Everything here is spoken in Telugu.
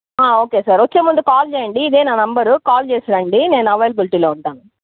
ఓకే సార్ వచ్చే ముందు కాల్ చెయ్యండి ఇదే నా నెంబర్ కాల్ చేసి రండి నేను అవైలబిల్టిలో ఉంటాను